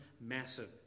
massive